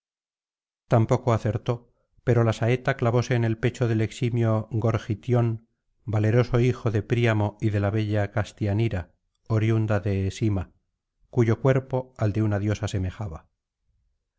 tampoco acertó pero la saeta clavóse en el pecho del eximio gorgitión valeroso hijo de príamo y de la bella castianira oriunda de esima cuyo cuerpo al de una diosa semejaba